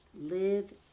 live